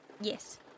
Yes